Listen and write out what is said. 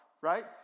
right